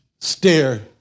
stare